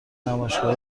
نمایشگاه